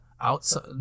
outside